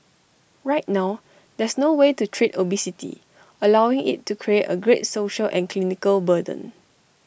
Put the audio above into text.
right now there's no way to treat obesity allowing IT to create A great social and clinical burden